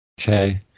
Okay